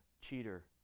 cheater